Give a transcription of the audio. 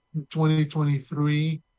2023